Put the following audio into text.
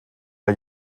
der